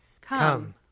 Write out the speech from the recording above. Come